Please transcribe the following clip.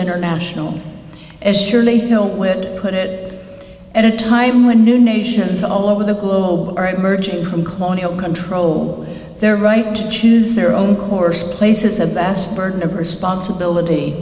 international as surely would put it at a time when new nations all over the globe are emerging from cornell control their right to choose their own course places a bass burden of responsibility